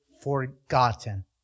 forgotten